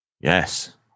yes